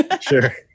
Sure